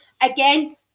again